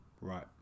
right